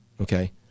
Okay